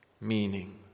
meaning